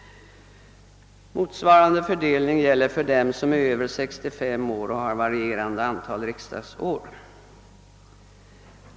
Motsvarande fördelning gäller dem som är över 65 år och har varierande antal riksdagsår.